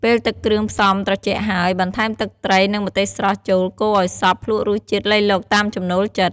ពេលទឹកគ្រឿងផ្សំត្រជាក់ហើយ បន្ថែមទឹកត្រី និងម្ទេសស្រស់ ចូល កូរឲ្យសព្វ ភ្លក់រសជាតិលៃលកតាមចំណូលចិត្ត។